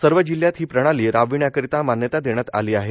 सर्व जिल्ह्यात ही प्रणाली राबविण्याकरिता मान्यता देण्यात आली आहे